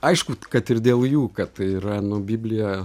aišku kad ir dėl jų kad tai yra biblija